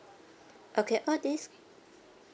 okay all this